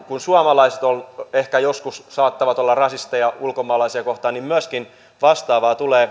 kuin suomalaiset ehkä joskus saattavat olla rasisteja ulkomaalaisia kohtaan vastaavaa tulee